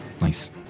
Nice